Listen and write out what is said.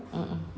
mmhmm